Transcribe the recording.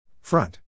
Front